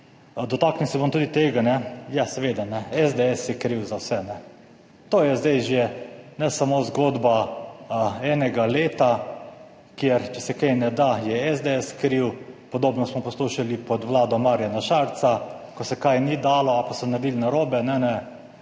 Dotaknil se bom tudi tega, ja seveda, SDS je kriv za vse. To je zdaj že ne samo zgodba enega leta, kjer če se kaj ne da, je SDS kriv. Podobno smo poslušali pod Vlado Marjana Šarca, ko se kaj ni dalo, pa so naredili narobe, ne, ne,